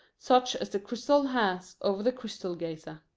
such as the crystal has over the crystal-gazer.